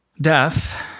death